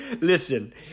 Listen